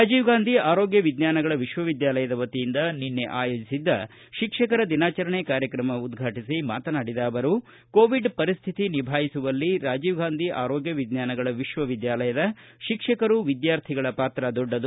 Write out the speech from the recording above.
ರಾಜೀವ್ಗಾಂಧಿ ಆರೋಗ್ಯ ವಿಜ್ಞಾನಗಳ ವಿಶ್ವವಿದ್ಯಾಲಯ ವತಿಯಿಂದ ನಿನ್ನೆ ಆಯೋಜಿಸಿದ್ದ ಶಿಕ್ಷಕರ ದಿನಾಚರಣೆ ಕಾರ್ಯಕ್ರಮ ಉದ್ಘಾಟಿಸಿ ಮಾತನಾಡಿದ ಅವರು ಕೋವಿಡ್ ಪರಿಸ್ಥಿತಿ ನಿಭಾಯಿಸುವಲ್ಲಿ ರಾಜೀವ್ಗಾಂಧಿ ಆರೋಗ್ಯ ವಿಜ್ಞಾನಗಳ ವಿಶ್ವವಿದ್ಯಾಲಯದ ಶಿಕ್ಷಕರು ವಿದ್ಯಾರ್ಥಿಗಳ ಪಾತ್ರ ದೊಡ್ಡದು